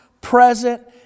present